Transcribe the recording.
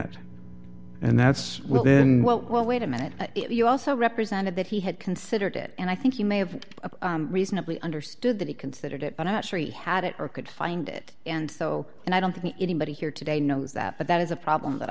it and that's well then well well wait a minute you also represented that he had considered it and i think you may have reasonably understood that he considered it but i'm not sure he had it or could find it and so and i don't think anybody here today knows that but that is a problem that